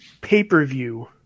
pay-per-view